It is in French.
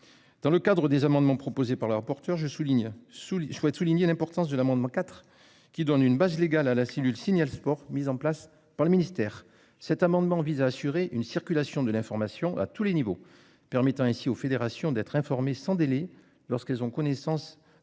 Dans le cadre des amendements proposés par le rapporteur je souligne sous je souhaite souligner l'importance de l'amendement IV qui donne une base légale à la cellule signale sport mises en place par le ministère, cet amendement vise à assurer une circulation de l'information à tous les niveaux, permettant ainsi aux fédérations d'être informé sans délai lorsqu'elles ont connaissance